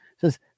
Says